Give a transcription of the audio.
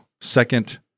Second